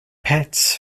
pets